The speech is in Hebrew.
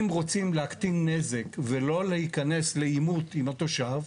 אם רוצים להקטין נזק ולא להיכנס לעימות עם התושב,